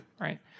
right